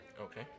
Okay